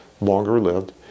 longer-lived